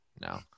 No